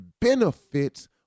benefits